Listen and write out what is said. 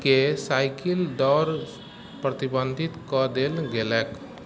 के साइकिल दौड़ प्रतिबन्धित कऽ देल गेलैक